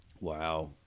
Wow